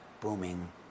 booming